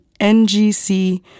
NGC